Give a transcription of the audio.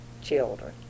children